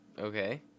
Okay